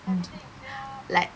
like